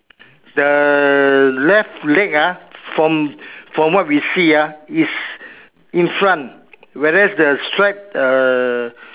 the left leg ah from from what we see ah is in front whereas the strap uh